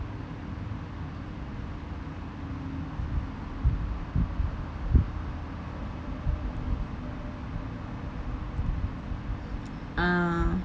ah